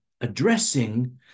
addressing